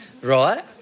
right